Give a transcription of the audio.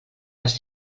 les